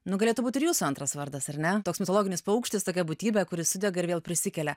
nu galėt būt ir jūsų antras vardas ar ne toks mitologinis paukštis tokia būtybė kuri sudega ir vėl prisikelia